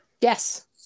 yes